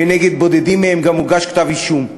ונגד אחדים מהם גם הוגש כתב אישום.